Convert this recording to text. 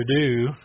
to-do